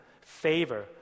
favor